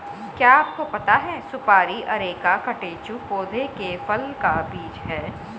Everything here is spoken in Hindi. क्या आपको पता है सुपारी अरेका कटेचु पौधे के फल का बीज है?